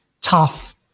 tough